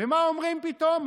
ומה אומרים פתאום?